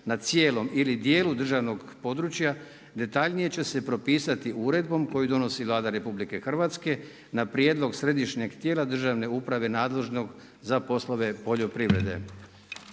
na ciljem ili dijelu državnog proračuna, detaljnije će se propisati uredbom koju donosi Vlada Republike Hrvatske, na prijedlog Središnjeg tijela državne uprave nadležnog za poslove poljoprivrede.